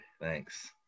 thanks